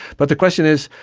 but the question is,